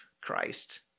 Christ